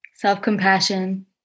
Self-compassion